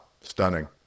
Stunning